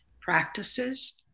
practices